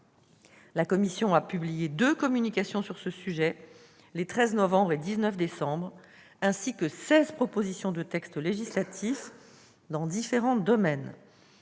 La Commission a publié deux communications sur ce sujet, les 13 novembre et 19 décembre, ainsi que seize propositions de textes législatifs dans différents domaines